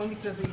בסדר.